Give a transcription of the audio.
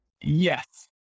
yes